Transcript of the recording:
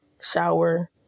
shower